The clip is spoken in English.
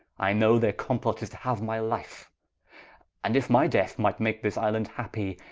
i know, their complot is to haue my life and if my death might make this iland happy,